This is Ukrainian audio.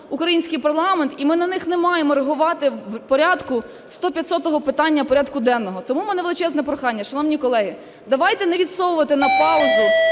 український парламент і ми на них не маємо реагувати в порядку 100-500 питання порядку денного. Тому у мене величезне прохання. Шановні колеги, давайте не відсовувати на паузу